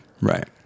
right